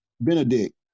Benedict